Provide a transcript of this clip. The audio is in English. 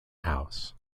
house